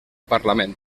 parlament